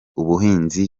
ubuhinzi